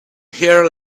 here